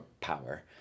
power